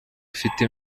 afite